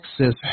access